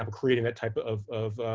um creating that type of of